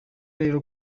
rero